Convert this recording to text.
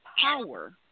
power